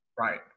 Right